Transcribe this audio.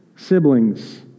Siblings